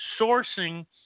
sourcing